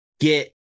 Get